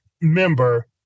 member